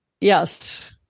Yes